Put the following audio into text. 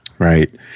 Right